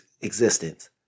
existence